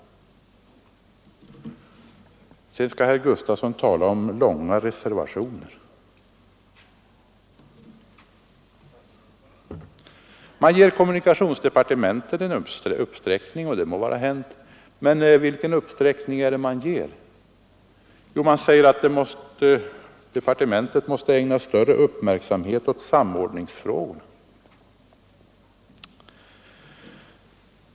Sedan skall herr Sven Gustafson i Göteborg komma och tala om långa reservationer! Man ger kommunikationsdepartementet en uppsträckning — och det må vara hänt. Men vad är det för uppsträckning som man ger departementet? Jo, man säger att departementet måste ägna större uppmärksamhet åt samordningsfrågorna.